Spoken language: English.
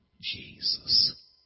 Jesus